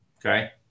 okay